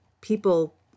people